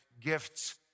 gifts